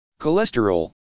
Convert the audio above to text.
Cholesterol